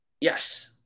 Yes